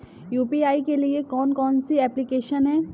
UPI के लिए कौन कौन सी एप्लिकेशन हैं?